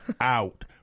out